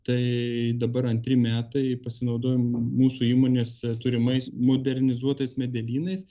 tai dabar antri metai pasinaudojom mūsų įmonės turimais modernizuotais medelynais